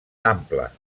ampla